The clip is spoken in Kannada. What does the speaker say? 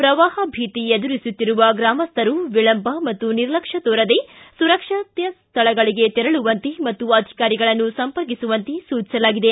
ಪ್ರವಾಹ ಭೀತಿ ಎದುರಿಸುತ್ತಿರುವ ಗ್ರಾಮಸ್ಥರು ವಿಳಂಬ ಮತ್ತು ನಿರ್ಲಕ್ಷ್ಮ ತೋರದೇ ಸುರಕ್ಷಿತ ಸ್ಥಳಗಳಿಗೆ ತೆರಳುವಂತೆ ಮತ್ತು ಅಧಿಕಾರಿಗಳನ್ನು ಸಂಪರ್ಕಿಸುವಂತೆ ಸೂಚಿಸಲಾಗಿದೆ